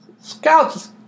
Scouts